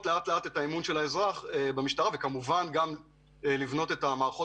לאט לאט את האמון של האזרח במשטרה במקביל לעיצוב המערכות